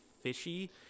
fishy